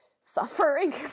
suffering